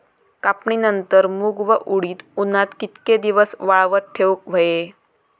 कापणीनंतर मूग व उडीद उन्हात कितके दिवस वाळवत ठेवूक व्हये?